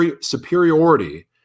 superiority